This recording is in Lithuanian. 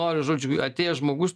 nori žodžiu atėjęs žmogus